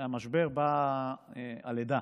ומהמשבר באה הלידה,